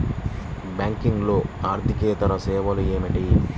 బ్యాంకింగ్లో అర్దికేతర సేవలు ఏమిటీ?